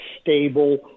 stable